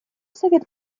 совет